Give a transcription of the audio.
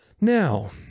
Now